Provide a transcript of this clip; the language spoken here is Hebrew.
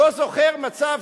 לא זוכר מצב,